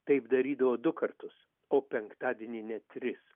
taip darydavo du kartus o penktadienį net tris